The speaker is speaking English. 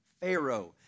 Pharaoh